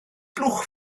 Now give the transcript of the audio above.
blwch